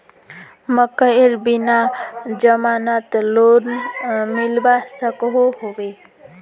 मकईर बिना जमानत लोन मिलवा सकोहो होबे?